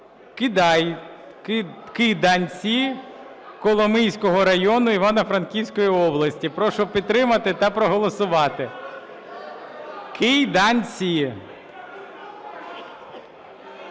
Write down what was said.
села Кийданці Коломийського району Івано-Франківської області. Прошу підтримати та проголосувати Кийданці,